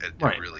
right